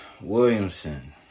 Williamson